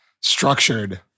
structured